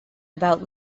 about